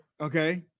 Okay